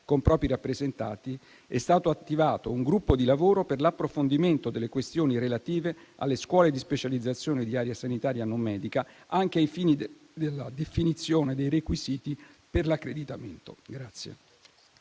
con propri rappresentanti, è stato attivato un gruppo di lavoro per l'approfondimento delle questioni relative alle scuole di specializzazione di area sanitaria non medica anche ai fini della definizione dei requisiti per l'accreditamento.